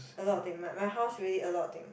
a lot of thing like my house really a lot of thing